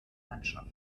landschaft